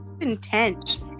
intense